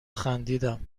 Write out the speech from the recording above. خندیدم